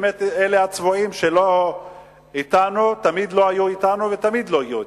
באמת אלה הצבועים שלא אתנו תמיד לא היו אתנו ותמיד לא יהיו אתנו,